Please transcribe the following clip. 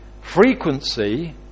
frequency